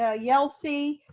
ah yelsey.